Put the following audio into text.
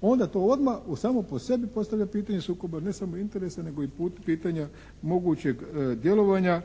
Onda to odmah samo po sebi postavlja pitanje sukoba ne samo interesa nego i pitanja mogućeg djelovanja